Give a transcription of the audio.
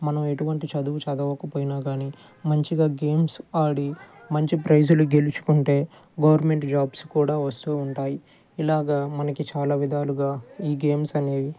మనం ఎటువంటి చదువు చదవకపోయినా కాని మంచిగా గేమ్స్ ఆడి మంచి ప్రైజులు గెలుచుకుంటే గవర్నమెంట్ జాబ్స్ కూడా వస్తూ ఉంటాయి ఇలాగా మనకు చాలా విధాలుగా ఈ గేమ్స్ అనేవి